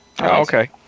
Okay